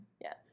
Yes